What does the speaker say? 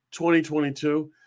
2022